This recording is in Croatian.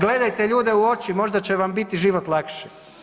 Gledajte ljude u oči možda će vam biti život lakši.